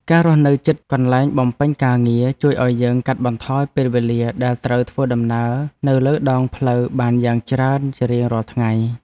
ការរស់នៅជិតកន្លែងបំពេញការងារជួយឱ្យយើងកាត់បន្ថយពេលវេលាដែលត្រូវធ្វើដំណើរនៅលើដងផ្លូវបានយ៉ាងច្រើនជារៀងរាល់ថ្ងៃ។